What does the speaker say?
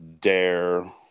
dare